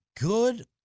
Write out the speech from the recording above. Good